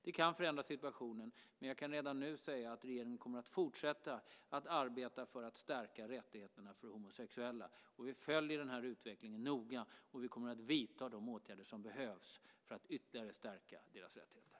Det kan förändra situationen. Men jag kan redan nu säga att regeringen kommer att fortsätta att arbeta för att stärka rättigheterna för homosexuella. Vi följer utvecklingen noga, och vi kommer att vidta de åtgärder som behövs för att ytterligare stärka deras rättigheter.